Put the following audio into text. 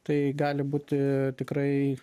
tai gali būti tikrai